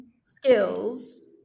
skills